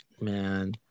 man